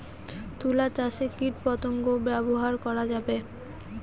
তুলা চাষে কীটপতঙ্গ ব্যবহার করা যাবে?